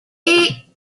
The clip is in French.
hey